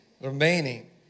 remaining